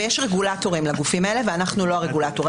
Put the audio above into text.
ויש רגולטורים לגופי האלה ואנחנו לא הרגולטור.